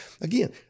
Again